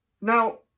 now